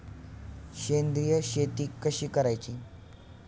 सेंद्रिय शेती कशी करायची?